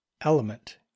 element